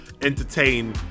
entertain